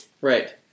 Right